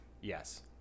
Yes